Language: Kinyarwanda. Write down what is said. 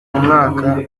mwaka